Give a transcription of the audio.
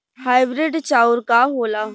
Hybrid चाउर का होला?